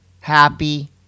happy